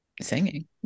singing